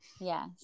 Yes